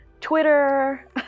Twitter